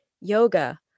yoga